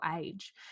age